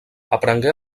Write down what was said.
aprengué